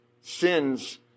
sins